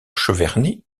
cheverny